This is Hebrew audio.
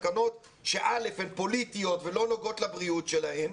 שהן פוליטיות ולא נוגעות לבריאות שלהם.